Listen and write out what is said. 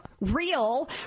real